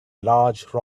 large